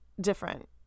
different